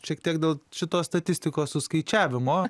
šiek tiek dėl šitos statistikos suskaičiavimo